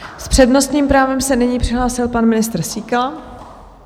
S přednostním právem se nyní přihlásil pan ministr Síkela.